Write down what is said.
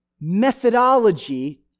methodology